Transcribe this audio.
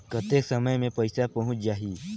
कतेक समय मे पइसा पहुंच जाही?